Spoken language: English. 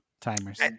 Timers